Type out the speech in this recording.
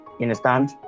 understand